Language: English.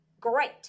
great